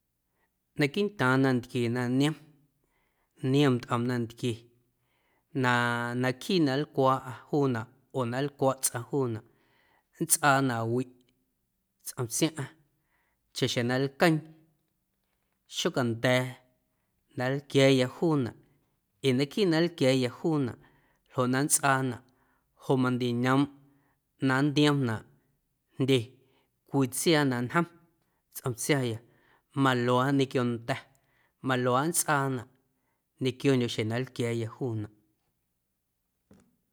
Naquiiꞌntaaⁿ nantquie na niom, niom ntꞌom nantquie na naquiiꞌ na lcuaaⁿꞌa juunaꞌ oo na nlcwaꞌ tsꞌaⁿ juunaꞌ nntsꞌaanaꞌ wiꞌ tsꞌom tsiaⁿꞌaⁿ chaxjeⁿ na lqueeⁿ xocanda̱a̱ na nlquia̱a̱ya juunaꞌ ee naquiiꞌ na nlquia̱a̱ya juunaꞌ ljoꞌ na nntsꞌaanaꞌ joꞌ mandiñoomꞌ na nntiomnaꞌ jndye cwii tsiaa na ñjom tsꞌom tsiaya maluaaꞌ ñequio nda̱, maluaaꞌ nntsꞌaanaꞌ ñequiondyo̱ xjeⁿ na nlquia̱a̱ya juunaꞌ.